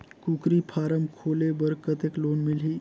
कूकरी फारम खोले बर कतेक लोन मिलही?